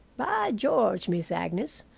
by george, miss agnes,